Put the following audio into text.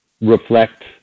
reflect